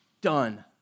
done